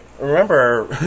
remember